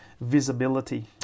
visibility